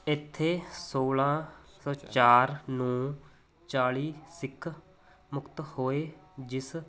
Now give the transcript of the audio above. ਇੱਥੇ ਸੋਲ੍ਹਾਂ ਸੌ ਚਾਰ ਨੂੰ ਚਾਲੀ ਸਿੱਖ ਮੁਕਤ ਹੋਏ ਜਿਸ